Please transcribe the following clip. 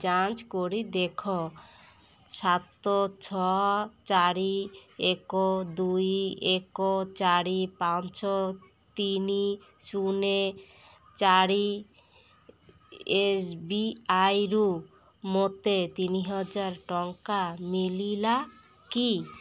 ଯାଞ୍ଚ କରି ଦେଖ ସାତ ଛଅ ଚାରି ଏକ ଦୁଇ ଏକ ଚାରି ପାଞ୍ଚ ତିନି ଶୂନ ଚାରି ଏସବିଆଇରୁ ମୋତେ ତିନିହଜାର ଟଙ୍କା ମିଳିଲା କି